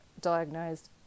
diagnosed